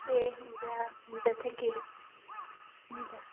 ए हुन्छ हुन्छ thank you हुन्छ